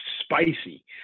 spicy